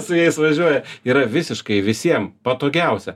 su jais važiuoja yra visiškai visiem patogiausia